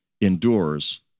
endures